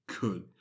good